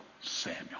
Samuel